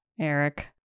Eric